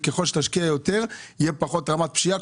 וככל שתשקיע תהיה פחות פשיעה,